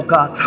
God